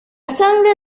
sangre